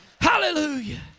Hallelujah